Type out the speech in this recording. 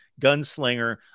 Gunslinger